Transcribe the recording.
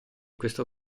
questo